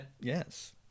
Yes